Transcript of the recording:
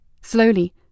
Slowly